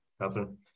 Catherine